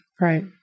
Right